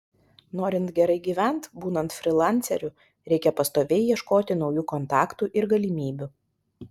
norint gerai gyvent būnant frylanceriu reikia pastoviai ieškoti naujų kontaktų ir galimybių